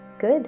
Good